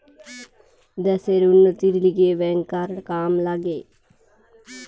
দ্যাশের উন্নতির লিগে ব্যাংকার কাম লাগে